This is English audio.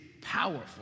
powerful